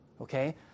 Okay